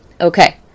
Okay